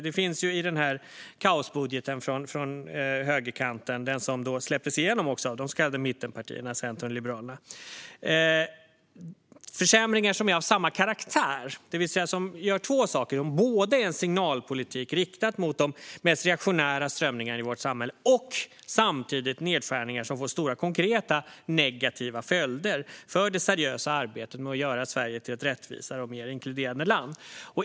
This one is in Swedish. Det finns i den här kaosbudgeten från högerkanten, som också släpptes igenom av de så kallade mittenpartierna Centern och Liberalerna, andra försämringar av samma karaktär. Det handlar om signalpolitik riktad mot de mest reaktionära strömningarna i vårt samhälle som samtidigt också innebär nedskärningar som får stora, konkreta negativa följder för det seriösa arbetet med att göra Sverige till ett rättvisare och mer inkluderande land.